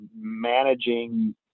managing